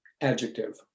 adjective